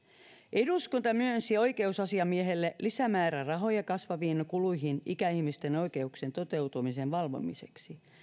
eduskunta myönsi oikeusasiamiehelle lisämäärärahoja kasvaviin kuluihin ikäihmisten oikeuksien toteutumisen valvomiseksi